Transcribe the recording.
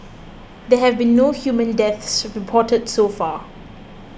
there have been no human deaths reported so far